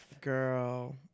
Girl